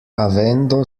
avendo